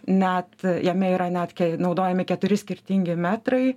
net jame yra net naudojami keturi skirtingi metrai